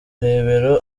rebero